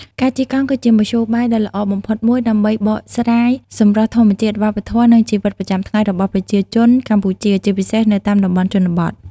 ការជិះកង់គឺជាមធ្យោបាយដ៏ល្អបំផុតមួយដើម្បីបកស្រាយសម្រស់ធម្មជាតិ វប្បធម៌ និងជីវិតប្រចាំថ្ងៃរបស់ប្រជាជនកម្ពុជា ជាពិសេសនៅតាមតំបន់ជនបទ។